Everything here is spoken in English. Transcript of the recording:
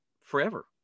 forever